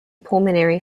pulmonary